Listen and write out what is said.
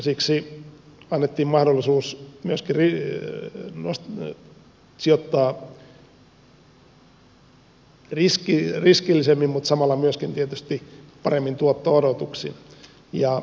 siksi annettiin mahdollisuus myöskin sijoittaa riskillisemmin mutta samalla myöskin tietysti paremmin tuotto odotuksin